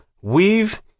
Weave